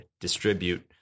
distribute